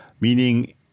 meaning